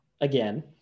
again